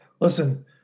listen